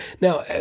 Now